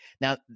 Now